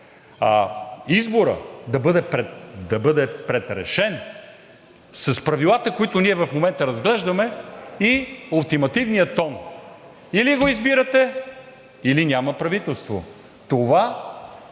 Изборът да бъде предрешен с Правилата, които ние в момента разглеждаме, и ултимативният тон: или го избирате, или няма правителство. Това не